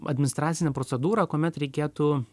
administracinė procedūra kuomet reikėtų